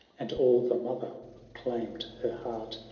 and all the mother chiim'd heart.